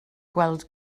gweld